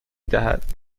دهد